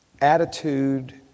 Attitude